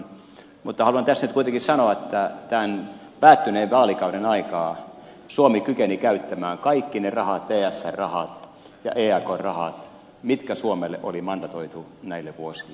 mutta haluan tässä nyt kuitenkin sanoa että tämän päättyneen vaalikauden aikaan suomi kykeni käyttämään kaikki ne rahat tsr rahat ja eakr rahat mitkä suomelle oli mandatoitu näille vuosille